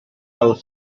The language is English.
out